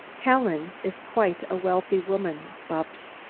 helen is quite a wealthy woman, bupps.